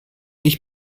nicht